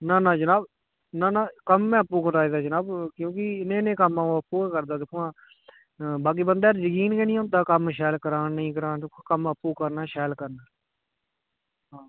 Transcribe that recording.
ना ना जनाब ना ना कम्म में आपूं कराए दा जनाब क्योंकि नेह् नेह् कम्म अ'ऊं आपूं गै करदा दिक्खो हां बाकी बंदे पर जकीन गै निं होंदा कम्म शैल करान नेईं करान कम्म आपूं करना ऐ शैल करना ऐ हां